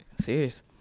Serious